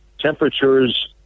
temperatures